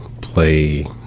play